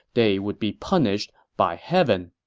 they would be punished by heaven.